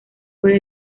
fue